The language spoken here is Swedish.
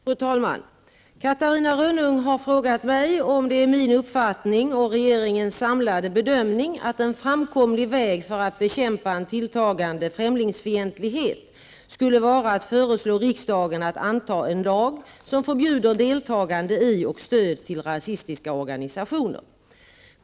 Fru talman! Catarina Rönnung har frågat om det är min uppfattning och regeringens samlade bedömning att en framkomlig väg för att bekämpa en tilltagande främlingsfientlighet skulle vara att föreslå riksdagen att anta en lag som förbjuder deltagande i och stöd till rasistiska organisationer.